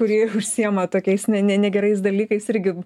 kuri užsiima tokiais ne ne negerais dalykais irgi